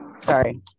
Sorry